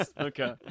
Okay